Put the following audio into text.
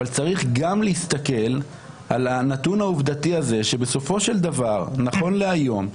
אבל צריך גם להסתכל על הנתון העובדתי הזה שבסופו של דבר נכון להיום,